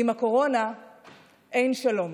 עם הקורונה אין שלום,